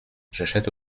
j’achète